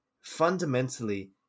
fundamentally